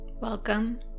Welcome